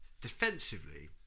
defensively